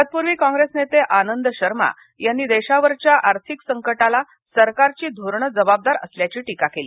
तत्पूर्वी कॉप्रेस नेते आनंद शर्मा यांनी देशावरच्या आर्थिक संकटाला सरकारची धोरणं जबाबदार असल्याची टीका केली